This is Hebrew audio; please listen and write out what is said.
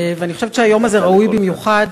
אני חושבת שהיום הזה ראוי במיוחד,